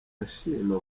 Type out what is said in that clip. ashima